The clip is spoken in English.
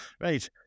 right